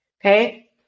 Okay